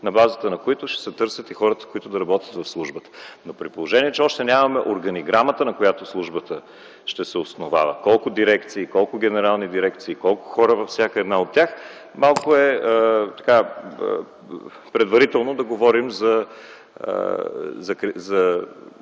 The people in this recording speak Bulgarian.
на базата, на които ще се търсят и хората, които да работят за службата. Но при положение, че още нямаме органограмата, на която службата ще се основава – колко дирекции, колко генерални дирекции, колко хора във всяка една от тях, малко е предварително да говорим за